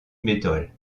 metal